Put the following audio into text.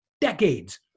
decades